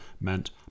meant